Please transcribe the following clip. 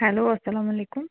hello اَسَلام علیکُم